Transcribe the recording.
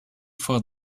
for